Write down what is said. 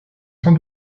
sans